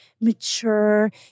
mature